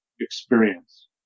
experience